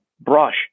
brush